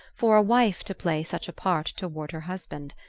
for a wife to play such a part toward her husband.